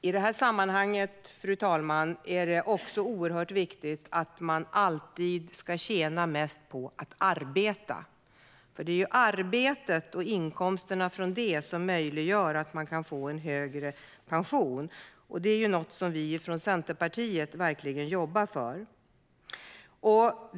I det här sammanhanget, fru talman, är det också oerhört viktigt att man alltid ska tjäna mest på att arbeta. Det är inkomsterna från arbetet som gör det möjligt att få en högre pension. Det är något vi i Centerpartiet verkligen jobbar för.